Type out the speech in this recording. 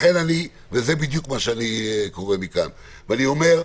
וזה בדיוק מה שאני קורא מכאן ואני אומר,